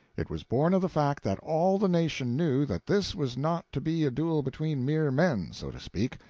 it was born of the fact that all the nation knew that this was not to be a duel between mere men, so to speak,